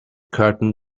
curtain